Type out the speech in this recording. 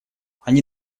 они